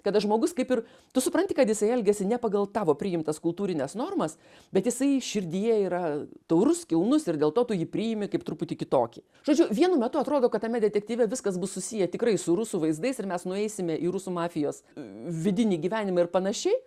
kada žmogus kaip ir tu supranti kad jisai elgiasi ne pagal tavo priimtas kultūrines normas bet jisai širdyje yra taurus kilnus ir dėl to tu jį priimi kaip truputį kitokį žodžiu vienu metu atrodo kad tame detektyve viskas bus susiję tikrai su rusų vaizdais ir mes nueisime į rusų mafijos vidinį gyvenimą ir panašiai